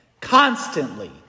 constantly